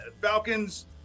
Falcons